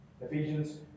Ephesians